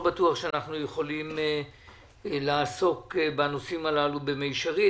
לא בטוח שאנחנו יכולים לעסוק בנושאים האלה במישרין,